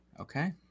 okay